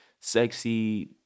sexy